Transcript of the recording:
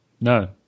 No